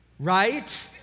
Right